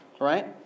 Right